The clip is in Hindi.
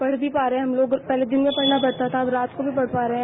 पढ़ भी पा रहे हैं हमलोग पहले दिन में पढ़ना पड़ता था अब रात को भी पढ़ पा रहे हैं